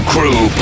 Crew